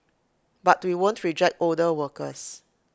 but we won't reject older workers